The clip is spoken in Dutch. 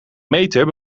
meter